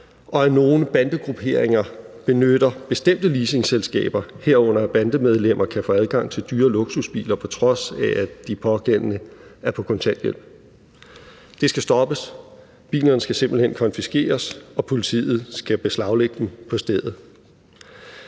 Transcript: og at nogle bandegrupperinger benytter bestemte leasingselskaber, herunder at bandemedlemmer kan få adgang til dyre luksusbiler, på trods af at de pågældende er på kontanthjælp. Det skal stoppes. Bilerne skal simpelt hen konfiskeres, og politiet skal beslaglægge dem på stedet.